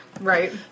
Right